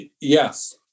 Yes